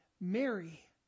Mary